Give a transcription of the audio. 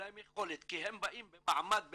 אין להם יכולת כי הם באים במעמד באמת.